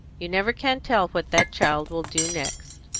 you never can tell what that child will do next.